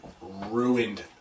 ruined